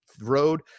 road